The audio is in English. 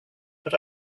but